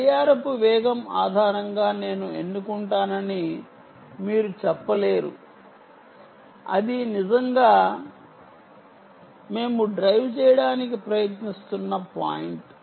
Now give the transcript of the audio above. clock speed ఆధారంగా నేను ఎన్నుకుంటానని మీరు చెప్పలేరు అది నిజంగా మేము డ్రైవ్ చేయడానికి ప్రయత్నిస్తున్న పాయింట్